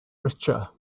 richer